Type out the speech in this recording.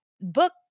book